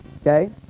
okay